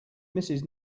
mrs